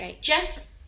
Jess